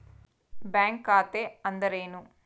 Bank ಖಾತೆ ಅಂದರೆ ಏನು?